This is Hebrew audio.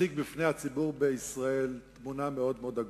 מציג לפני הציבור בישראל תמונה מאוד מאוד עגומה.